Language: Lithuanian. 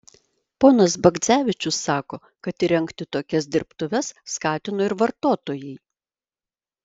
ponas bagdzevičius sako kad įrengti tokias dirbtuves skatino ir vartotojai